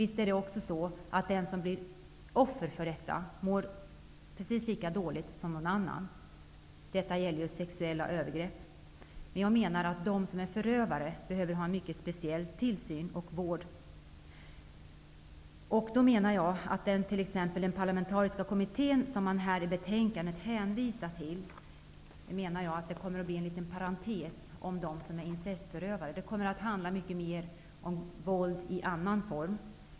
Visst är det också så att den som blir offer för detta mår precis lika dåligt som den som har blivit utsatt för något annat sexuellt brott. Detta gäller ju sexuella övergrepp. Men jag menar att förövarna behöver mycket speciell tillsyn och vård. Jag tror att det kommer att bli en liten parantes om incestförövarna i den parlamentariska kommitté som man hänvisar till i betänkandet. Kommitténs arbete kommer att handla mycket mer om våld i annan form.